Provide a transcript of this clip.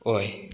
ꯑꯣꯏ